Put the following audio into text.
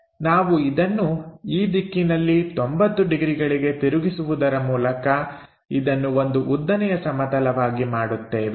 ನಾವು ಇದನ್ನು ಈ ದಿಕ್ಕಿನಲ್ಲಿ 90 ಡಿಗ್ರಿಗಳಿಗೆ ತಿರುಗಿಸುವುದರ ಮೂಲಕ ಇದನ್ನು ಒಂದು ಉದ್ದನೆಯ ಸಮತಲವಾಗಿ ಮಾಡುತ್ತೇವೆ